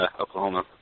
Oklahoma